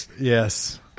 yes